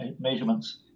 measurements